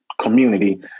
community